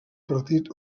partit